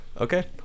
Okay